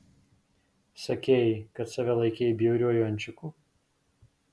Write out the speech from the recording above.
sakei kad save laikei bjauriuoju ančiuku